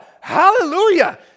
hallelujah